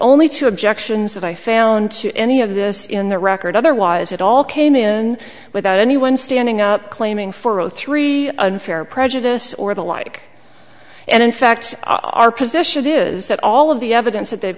only two objections that i found to any of this in the record otherwise it all came in without anyone standing up claiming for zero three unfair prejudice or the like and in fact our position is that all of the evidence that they'